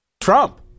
Trump